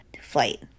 flight